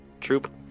troop